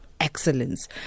excellence